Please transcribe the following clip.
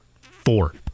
Four